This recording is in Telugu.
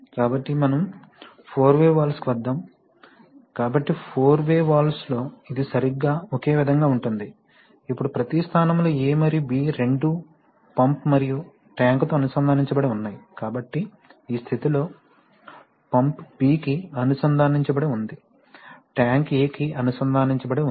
కాబట్టి మనం ఫోర్ వే వాల్వ్స్ కి వద్దాము కాబట్టి ఫోర్ వే వాల్వ్స్ లో ఇది సరిగ్గా ఒకే విధంగా ఉంటుంది ఇప్పుడు ప్రతి స్థానంలో A మరియు B రెండూ పంప్ మరియు ట్యాంకుతో అనుసంధానించబడి ఉన్నాయి కాబట్టి ఈ స్థితిలో పంప్ B కి అనుసంధానించబడి ఉంది ట్యాంక్ A కి అనుసంధానించబడి ఉంది